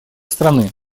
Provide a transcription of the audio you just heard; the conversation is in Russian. страны